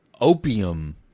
opium